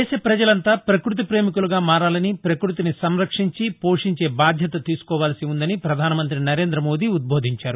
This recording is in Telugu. దేశ ప్రజలంతా పక్బతి పేమికులుగా మారాలని పక్బతిని సంరక్షించి పోషించే బాధ్యత తీసుకోవాల్సి ఉందని ప్రధానమంతి నరేంద్ర మోదీ ఉదోదీంచారు